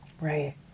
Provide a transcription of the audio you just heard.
right